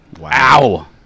Wow